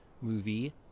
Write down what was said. movie